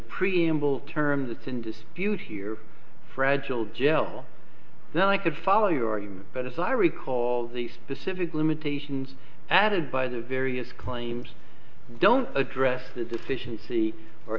preamble terms it's in dispute here fragile gel then i could follow your you but as i recall the specific limitations added by the various claims don't address the deficiency or